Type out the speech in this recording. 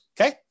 okay